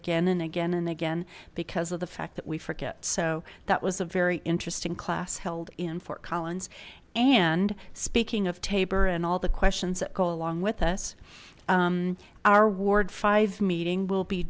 again and again and again because of the fact that we forget so that was a very interesting class held in fort collins and speaking of tabor and all the questions that go along with us our ward five meeting will be